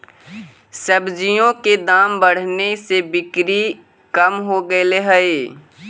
सब्जियों के दाम बढ़ने से बिक्री कम हो गईले हई